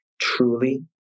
truly